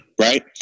right